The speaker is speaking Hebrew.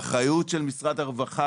האחריות של משרד הרווחה,